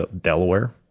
Delaware